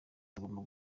tugomba